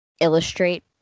illustrate